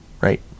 Right